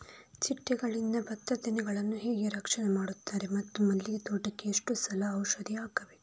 ಚಿಟ್ಟೆಗಳಿಂದ ಭತ್ತದ ತೆನೆಗಳನ್ನು ಹೇಗೆ ರಕ್ಷಣೆ ಮಾಡುತ್ತಾರೆ ಮತ್ತು ಮಲ್ಲಿಗೆ ತೋಟಕ್ಕೆ ಎಷ್ಟು ಸಲ ಔಷಧಿ ಹಾಕಬೇಕು?